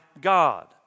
God